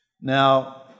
Now